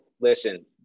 listen